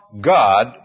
God